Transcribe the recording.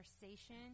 conversation